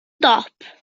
dop